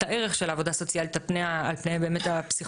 הערך של עבודה סוציאלית על פני הפסיכולוגיה.